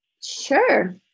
Sure